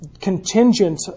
contingent